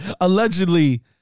Allegedly